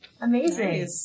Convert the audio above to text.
Amazing